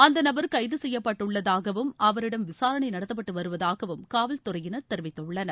அந்த நபர் கைது செய்யப்பட்டுள்ளதாகவும் அவரிடம் விசாரணை நடத்தப்பட்டு வருவதாகவும் காவல்துறையினர் தெரிவித்துள்ளனர்